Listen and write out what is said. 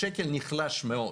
השקל נחלש מאוד